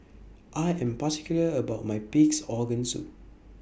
I Am particular about My Pig'S Organ Soup